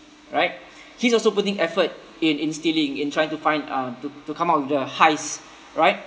right he's also putting effort in in stealing in trying to find uh to~ to come up with the heist right